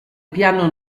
piano